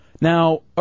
Now